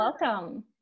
welcome